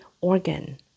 organ